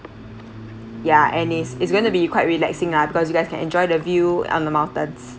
ya and it's it's going to be quite relaxing ah because you guys can enjoy the view on the mountains